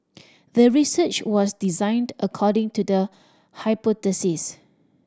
the research was designed according to the hypothesis